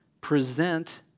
present